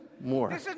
more